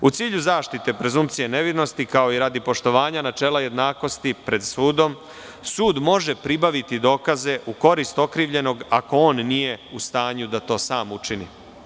U cilju zaštite prezunkcije nevinosti, kao i radi poštovanja načela jednakosti pred sudom, sud može pribaviti dokaze u korist okrivljenog, ako on nije u stanju da to sam učini.